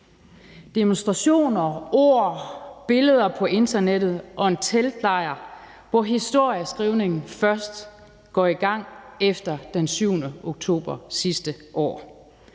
demonstrationer, ord, billeder på internettet og en teltlejr, hvor historieskrivningen først går i gang efter den 7. oktober sidste år.